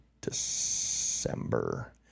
December